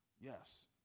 Yes